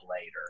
later